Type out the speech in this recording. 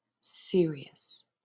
serious